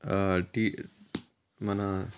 tea మన